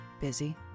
Busy